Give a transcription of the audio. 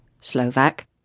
Slovak